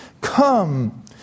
Come